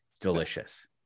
Delicious